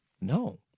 No